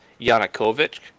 Yanukovych